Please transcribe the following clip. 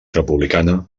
republicana